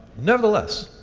nevertheless,